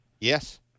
Yes